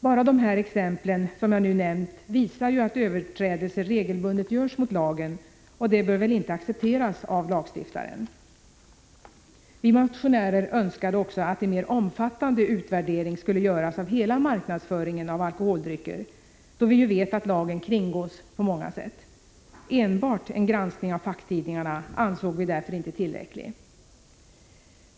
Bara de här exemplen som jag nu nämnt visar att överträdelser regelbundet görs mot lagen, och det bör väl inte accepteras av lagstiftaren. Vi motionärer önskar också att en mer omfattande utvärdering skulle göras av hela marknadsföringen av alkoholdrycker, då vi ju vet att lagen kringgås på många sätt. Enbart en granskning av facktidningarna ansåg vi därför inte tillräcklig.